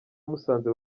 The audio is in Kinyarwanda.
musanze